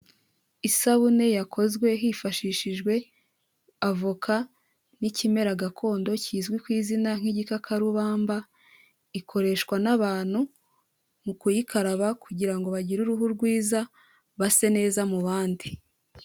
Isabune yakozwe hifashishijwe avoka n'ikimera gakondo kizwi ku izina nk'igikakarubamba, ikoreshwa n'abantu mu kuyikaraba kugira ngo bagire uruhu rwiza, base neza mu bandi.